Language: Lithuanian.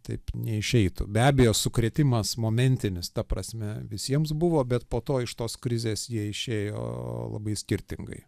taip neišeitų be abejo sukrėtimas momentinis ta prasme visiems buvo bet po to iš tos krizės jie išėjo labai skirtingai